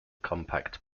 compact